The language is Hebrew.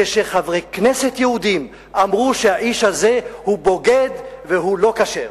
כשחברי כנסת יהודים אמרו שהאיש הזה הוא בוגד והוא לא כשר.